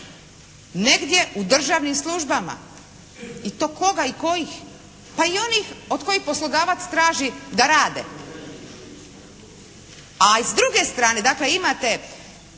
Negdje u državnim službama. I to koga i kojih? Pa i onih od kojih poslodavac traži da rade. A i s druge strane, dakle imate